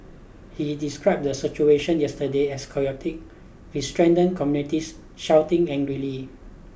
he described the situation yesterday as with stranded communities shouting angrily